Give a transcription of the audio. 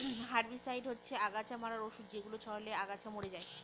herbicide হচ্ছে অগাছা মারার ঔষধ যেগুলো ছড়ালে আগাছা মরে যায়